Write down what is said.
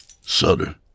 Sutter